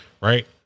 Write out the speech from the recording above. right